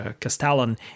Castellan